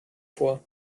vor